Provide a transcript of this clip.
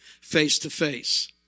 face-to-face